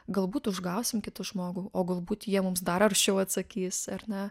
galbūt užgausim kitą žmogų o galbūt jie mums dar aršiau atsakys ar ne